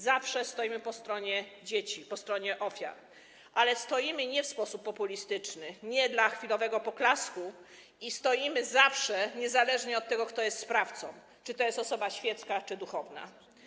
Zawsze stoimy po stronie dzieci, po stronie ofiar, ale stoimy nie w sposób populistyczny, nie dla chwilowego poklasku i stoimy zawsze, niezależnie od tego, kto jest sprawcą, czy to jest osoba świecka czy duchowna.